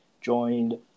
joined